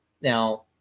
Now